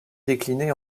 décliné